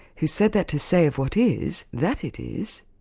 who said that to say of what is that it is,